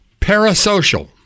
Parasocial